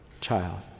child